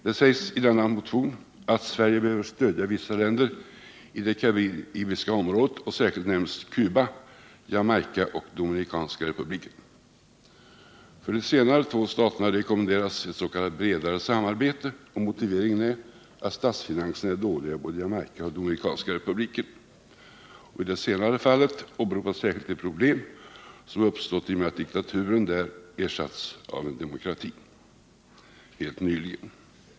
Det sägs i denna motion att Sverige behöver stödja vissa länder i det karibiska området. Särskilt nämns Cuba, Jamaica och Dominikanska republiken. För de senare två staterna rekommenderas ett s.k. bredare samarbete. Motiveringen är att statsfinanserna är dåliga i både Jamaica och Dominikanska republiken. I det senare fallet åberopas särskilt de problem som har uppstått i och med att diktaturen där helt nyligen ersatts av en demokrati.